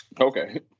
Okay